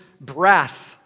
breath